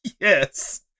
yes